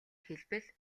хэлбэл